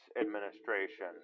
administration